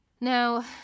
Now